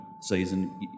season